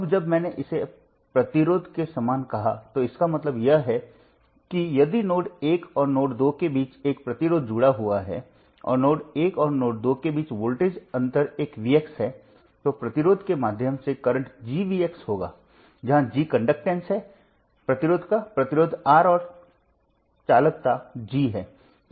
अब जब मैंने इसे प्रतिरोध के समान कहा तो इसका मतलब यह है कि यदि नोड 1 और नोड 2 के बीच एक प्रतिरोध जुड़ा हुआ है और नोड 1 और नोड 2 के बीच वोल्टेज अंतर एक Vx है तो प्रतिरोध के माध्यम से करंट GVx होगा जहां G कंडक्टैंस है प्रतिरोध का प्रतिरोध R और चालकता G है